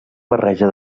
barreja